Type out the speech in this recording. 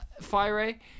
Fire